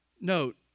Note